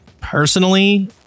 personally